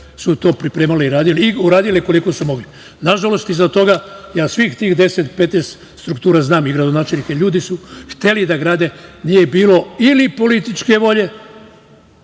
su to pripremale i radile i uradile koliko su mogle. Nažalost, iza toga, ja svih tih 10, 15 struktura znam i gradonačelnika i ljudi su hteli da grade, nije bilo ili političke volje,